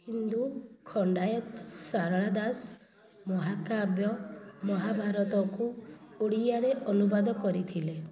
ହିନ୍ଦୁ ଖଣ୍ଡାୟତ ସାରଳା ଦାସ ମହାକାବ୍ୟ ମହାଭାରତକୁ ଓଡ଼ିଆରେ ଅନୁବାଦ କରିଥିଲେ